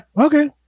Okay